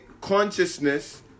consciousness